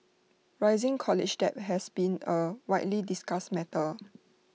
rising college debt has been A widely discussed matter